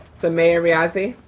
so mayor riazi.